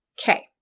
Okay